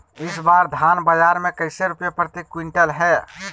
इस बार धान बाजार मे कैसे रुपए प्रति क्विंटल है?